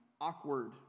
awkward